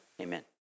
Amen